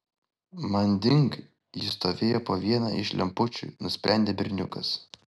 manding jis stovėjo po viena iš lempučių nusprendė berniukas